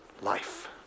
life